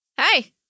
Hey